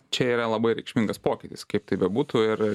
čia yra labai reikšmingas pokytis kaip tai bebūtų ir